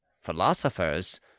philosophers